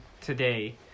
today